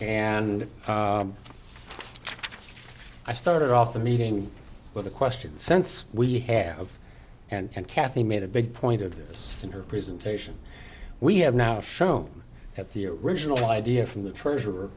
and i started off the meeting with a question since we have and kathy made a big point of this in her presentation we have now shown at the original idea from the treasurer